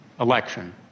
election